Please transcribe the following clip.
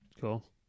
cool